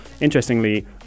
interestingly